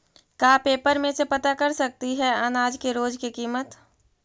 का पेपर में से पता कर सकती है अनाज के रोज के किमत?